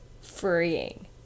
freeing